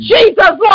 Jesus